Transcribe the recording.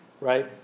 Right